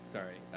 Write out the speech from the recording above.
Sorry